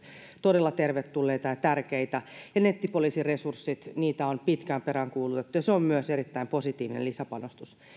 todella tervetulleita ja tärkeitä ja nettipoliisiresurssit niitä on pitkään peräänkuulutettu ja se on myös erittäin positiivinen lisäpanostus